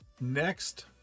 Next